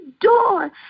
door